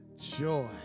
joy